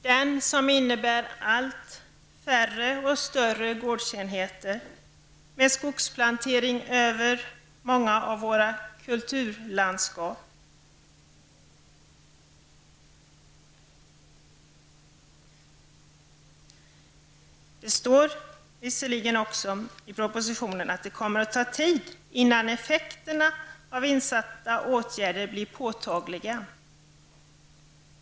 Den nya jordbrukspolitiken leder till allt färre och större gårdsenheter med skogsplantering över stora delar av vårt kulturlandskap. Det står visserligen i propositionen att det kommer att ta tid innan effekterna av insatta åtgärder bli påtagliga.